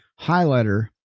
highlighter